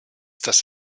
dass